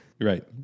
right